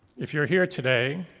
if you're here today,